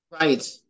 Right